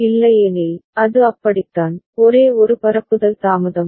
இல்லையெனில் அது அப்படித்தான் ஒரே ஒரு பரப்புதல் தாமதம்